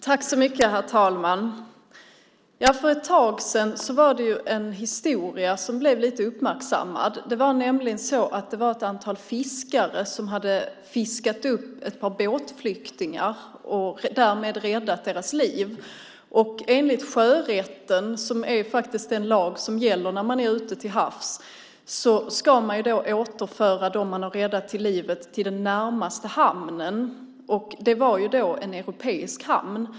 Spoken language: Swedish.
Herr talman! För ett tag sedan var det en historia som blev lite uppmärksammad. Det var nämligen så att ett antal fiskare hade fiskat upp ett par båtflyktingar och därmed räddat deras liv. Enligt sjörätten, som är den lag som gäller ute till havs, ska man föra dem man räddat till livet till närmaste hamn - en europeisk hamn i det här fallet.